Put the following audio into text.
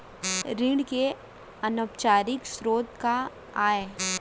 ऋण के अनौपचारिक स्रोत का आय?